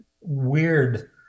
weird